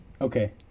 okay